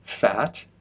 fat